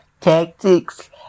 tactics